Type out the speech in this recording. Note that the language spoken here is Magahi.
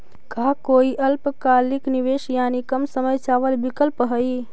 का कोई अल्पकालिक निवेश यानी कम समय चावल विकल्प हई?